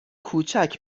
کوچک